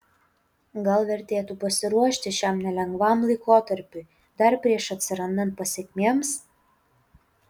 gal vertėtų pasiruošti šiam nelengvam laikotarpiui dar prieš atsirandant pasekmėms